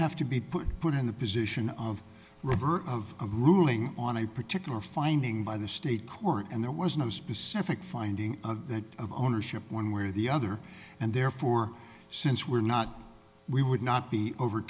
have to be put put in the position of reverse of a ruling on a particular finding by the state court and there was no specific finding of that ownership one way or the other and therefore since we're not we would not be over